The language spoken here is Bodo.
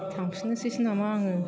थांफिननोसैसो नामा आङो